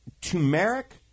turmeric